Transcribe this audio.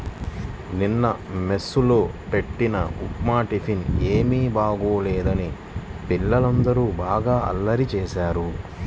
నిన్న మెస్ లో బెట్టిన ఉప్మా టిఫిన్ ఏమీ బాగోలేదని పిల్లలందరూ బాగా అల్లరి చేశారు